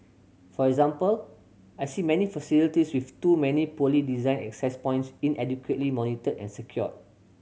for example I see many facilities with too many poorly designed access points inadequately monitored and secured